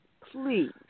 Please